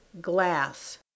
glass